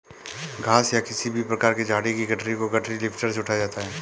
घास या किसी भी प्रकार की झाड़ी की गठरी को गठरी लिफ्टर से उठाया जाता है